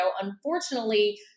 unfortunately